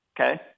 Okay